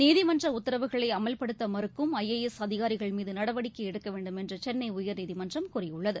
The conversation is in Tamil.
நீதிமன்ற உத்தரவுகளை அமல்படுத்த மறுக்கும் ஐஏஎஸ் அதிகாரிகள் மீது நடவடிக்கை எடுக்க வேண்டும் என்று சென்னை உயர்நீதிமன்றம் கூறியுள்ளது